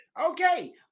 okay